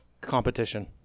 competition